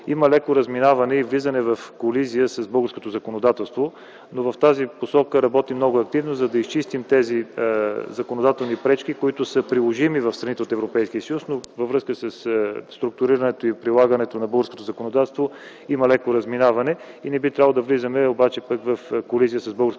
има леко разминаване и влизане в колизия с българското законодателство. В тази посока работим много активно, за да изчистим тези законодателни пречки, които са приложими в страните от Европейския съюз, но във връзка със структурирането и прилагането на българското законодателство има леко разминаване и не би трябвало да влизаме обаче пък в колизия с българското законодателство,